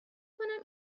کنم